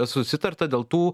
susitarta dėl tų